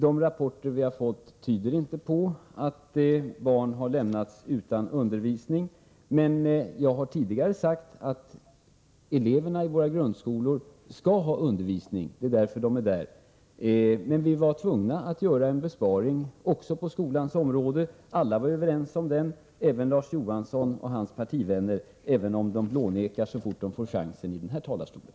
De rapporter som vi fått tyder inte på att barn har lämnats utan undervisning. Jag har tidigare sagt att eleverna i vår grundskola skall ha undervisning — det är därför de är där — men att vi var tvungna att göra en besparing också på skolans område. Alla var överens om den besparingen — även Larz Johansson och hans partivänner, även om de blånekar så fort de får en chans här i talarstolen.